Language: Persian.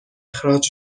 اخراج